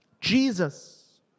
Jesus